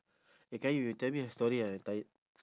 eh qayyum you tell me a story ah I tired